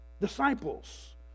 Disciples